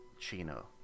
Chino